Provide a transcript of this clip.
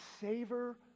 savor